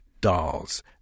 dolls